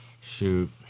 Shoot